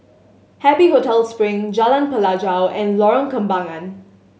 Happy Hotel Spring Jalan Pelajau and Lorong Kembangan